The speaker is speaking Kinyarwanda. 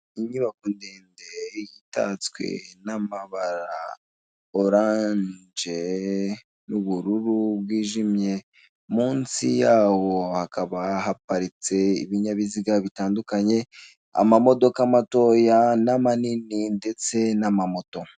Inyubako ndende itatswe n'amabara oranje n'ubururu bwijimye ,munsi yaho hakaba haparitse ibinyabiziga bitandukanye, amamodoka matoya n'amanini ndetse n'amamoto.